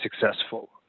successful